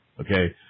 okay